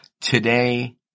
today